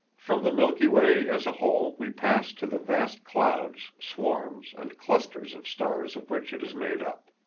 from the milky way as a whole we pass to the vast clouds, swarms, and clusters of stars of which it is made up.